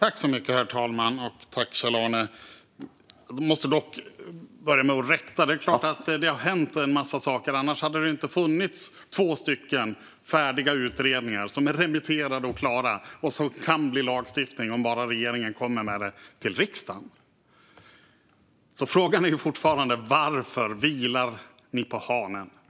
Herr talman! Jag måste börja med att rätta ledamoten. Det är klart att det har hänt en massa saker. Annars hade det inte funnits två stycken färdiga utredningar som är remitterade och klara och som kan bli lagstiftning om bara regeringen kommer med dem till riksdagen. Frågan är fortfarande varför ni vilar på hanen.